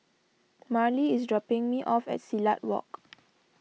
Marlee is dropping me off at Silat Walk